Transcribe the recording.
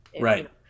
right